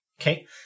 Okay